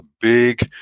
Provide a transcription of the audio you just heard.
big